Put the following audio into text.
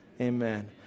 Amen